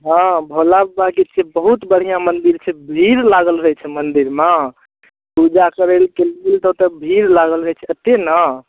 हँ भोला बाबाके छियै बहुत बढ़िआँ मन्दिर छै भीड़ लागल रहय छै मन्दिरमे पूजा करयके लेल तऽ ओतऽ भीड़ लागल रहय छै एते ने